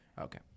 Okay